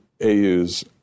AU's